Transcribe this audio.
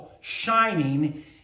shining